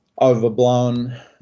Overblown